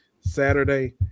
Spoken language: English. Saturday